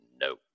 no